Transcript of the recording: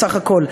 בסך הכול,